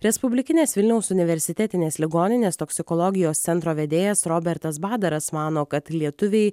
respublikinės vilniaus universitetinės ligoninės toksikologijos centro vedėjas robertas badaras mano kad lietuviai